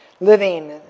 living